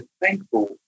thankful